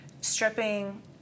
stripping